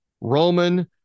Roman